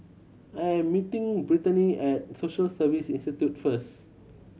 I am meeting Brittnay at Social Service Institute first